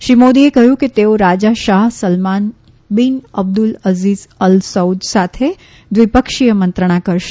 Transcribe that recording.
શ્રી મોદીએ કહ્યું કે તેઓ રાજા Shah Salman bin Abdul Aziz Al સઉદની સાથે દ્વિપક્ષીય મંત્રણા કરશે